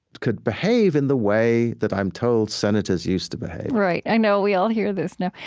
could behave in the way that i'm told senators used to behave right. i know. we all hear this now.